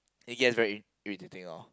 it gets very ir~ very irritating[lor]